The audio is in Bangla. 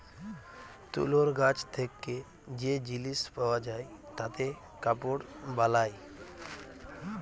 তুলর গাছ থেক্যে যে জিলিস পাওয়া যায় তাতে কাপড় বালায়